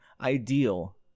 ideal